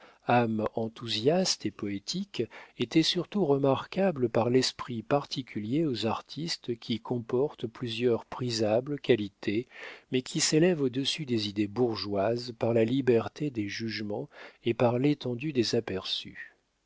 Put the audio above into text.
âme enthousiaste et poétique était surtout remarquable par l'esprit particulier aux artistes qui comporte plusieurs prisables qualités mais qui s'élève au-dessus des idées bourgeoises par la liberté des jugements et par l'étendue des aperçus